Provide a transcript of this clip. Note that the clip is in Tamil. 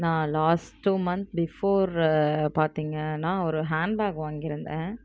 நான் லாஸ்ட் டூ மந்த்ஸ் பிஃபோர் பார்த்தீங்கன்னா ஒரு ஹேண்ட் பேக் வாங்கியிருந்தேன்